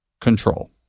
control